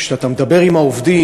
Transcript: כשאתה מדבר עם העובדים,